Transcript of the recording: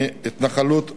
מהתנחלות עופרה,